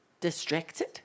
distracted